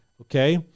Okay